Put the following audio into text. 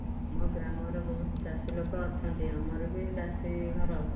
ଆମ ଗ୍ରାମର ବହୁତ ଚାଷୀ ଲୋକ ଅଛନ୍ତି ଆମର ବି ଚାଷୀ ଘର